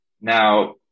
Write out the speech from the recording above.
Now